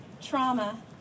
trauma